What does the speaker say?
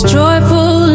joyful